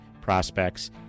prospects